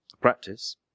practice